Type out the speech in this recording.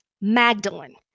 Magdalene